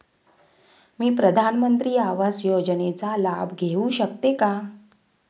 मी प्रधानमंत्री आवास योजनेचा लाभ घेऊ शकते का?